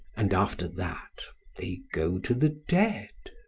and after that they go to the dead.